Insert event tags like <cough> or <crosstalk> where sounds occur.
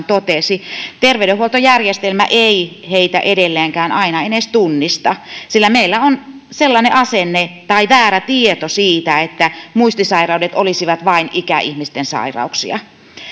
<unintelligible> totesi terveydenhuoltojärjestelmä ei heitä edelleenkään aina edes tunnista sillä meillä on sellainen asenne tai väärä tieto siitä että muistisairaudet olisivat vain ikäihmisten sairauksia